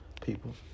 people